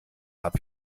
hab